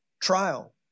trial